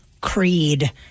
Creed